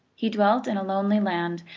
he dwelt in a lonely land,